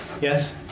Yes